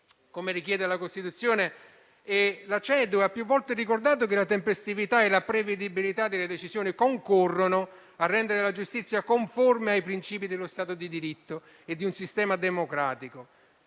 come richiede la Costituzione, e la CEDU ha più volte ricordato che la tempestività e la prevedibilità delle decisioni concorrono a rendere la giustizia conforme ai principi dello stato di diritto e di un sistema democratico.